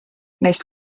neist